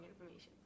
information